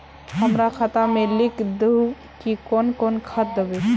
हमरा खाता में लिख दहु की कौन कौन खाद दबे?